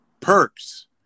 perks